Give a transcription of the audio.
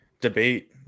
debate